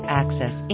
access